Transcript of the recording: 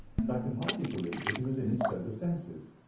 that i could hardly believe that he was in his sober senses.